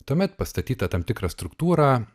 tuomet pastatyta tam tikra struktūra